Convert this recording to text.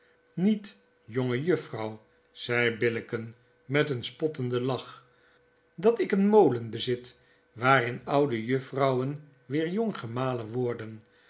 niet jongejuffrouw zei billicken met een spottenden lach dat ik een molen bezit waarin oude juffrouwen weer jong gemalen worden